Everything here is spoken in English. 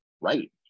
right